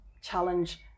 challenge